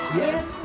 yes